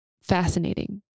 fascinating